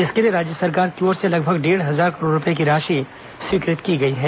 इसके लिए राज्य सरकार की ओर से लगभग डेढ़ हजार करोड़ रूपए की राशि स्वीकृत की गई है